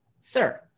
sir